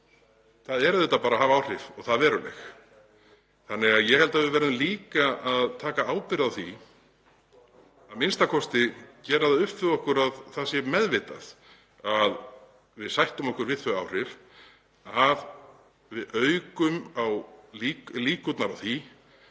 Það er auðvitað að hafa áhrif og það veruleg. Ég held því að við verðum líka að taka ábyrgð á því, a.m.k. gera það upp við okkur, að það sé meðvitað, að við sættum okkur við þau áhrif að við aukum á líkurnar á því